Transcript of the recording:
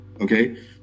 Okay